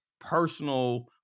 personal